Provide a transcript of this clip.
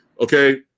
okay